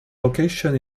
location